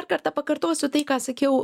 dar kartą pakartosiu tai ką sakiau